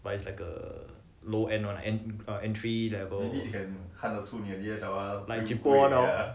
but it's like a low end one and entry level like cheapo one hor